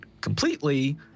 completely